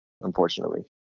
unfortunately